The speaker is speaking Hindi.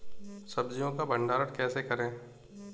सब्जियों का भंडारण कैसे करें?